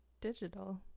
digital